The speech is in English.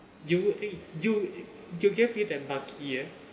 you you you give you damn lucky eh